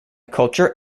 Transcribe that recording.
culture